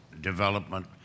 development